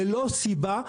ללא סיבה,